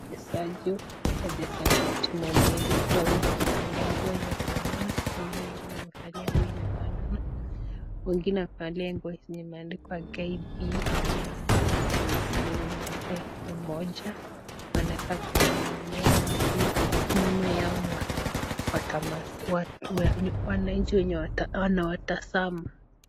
Wachezaji, wachezaji wa timu mbili, wawili wamevalia nguo inafanana, wawili wengine wamevalia nguo yenye imeandikwa kpa na wengine imeandikwa umoja. Wanakaa kung'ang'ania mpira, nyuma yao ni wananchi wenye wanawatazama.